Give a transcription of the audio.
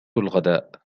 الغداء